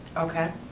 okay,